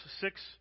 six